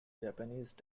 japanese